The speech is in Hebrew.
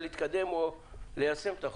להתקדם או ליישם את החוק.